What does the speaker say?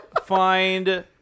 Find